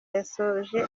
yasoje